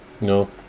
No